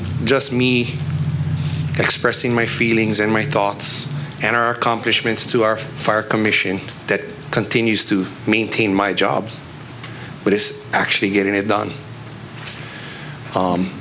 just me expressing my feelings and my thoughts and our accomplishments to our fire commission that continues to maintain my job but is actually getting it done